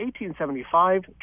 1875